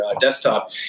desktop